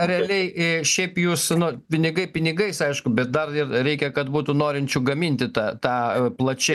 realiai i šiaip jus nu pinigai pinigais aišku bet dar ir reikia kad būtų norinčių gaminti tą tą a plačia